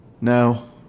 No